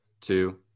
two